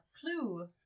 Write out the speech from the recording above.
clue